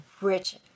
rich